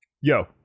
Yo